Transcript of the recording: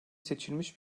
seçilmiş